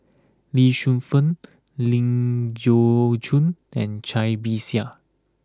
Lee Shu Fen Ling Geok Choon and Cai Bixia